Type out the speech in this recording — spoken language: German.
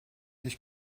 ich